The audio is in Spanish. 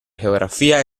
geografía